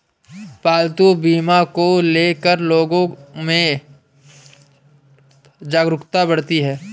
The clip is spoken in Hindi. पालतू बीमा को ले कर लोगो में जागरूकता बढ़ी है